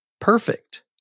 perfect